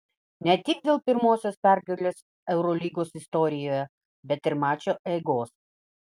ne tik dėl pirmosios pergalės eurolygos istorijoje bet ir mačo eigos